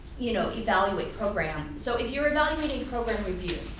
you know, evaluate program. so if you're evaluating program review,